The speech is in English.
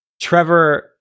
Trevor